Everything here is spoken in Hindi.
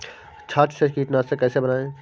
छाछ से कीटनाशक कैसे बनाएँ?